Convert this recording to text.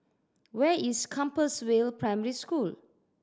where is Compassvale Primary School